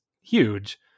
huge